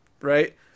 right